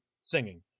singing